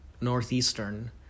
northeastern